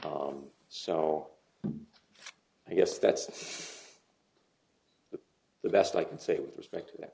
gone so i guess that's the best i can say with respect to that